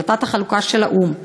החלטת החלוקה של האו"ם.